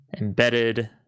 embedded